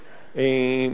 מפלגת "פּאסוֹק",